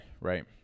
Right